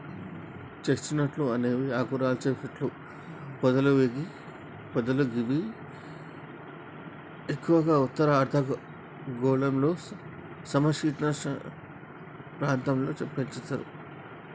chest నట్లు అనేవి ఆకురాల్చే చెట్లు పొదలు గివి ఎక్కువగా ఉత్తర అర్ధగోళంలోని సమ శీతోష్ణ ప్రాంతాల్లో పెంచుతరు